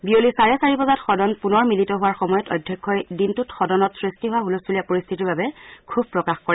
বিয়লি চাৰে চাৰিবজাত সদন পুনৰ মিলিত হোৱাৰ সময়ত অধ্যক্ষই দিনটোত সদনত সৃষ্টি হোৱা হুলস্থূলীয়া পৰিস্থিতিৰ বাবে ক্ষোভ প্ৰকাশ কৰে